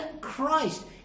Christ